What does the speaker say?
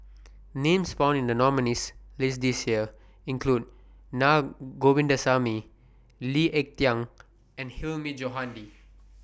Names found in The nominees' list This Year include Na Govindasamy Lee Ek Tieng and Hilmi Johandi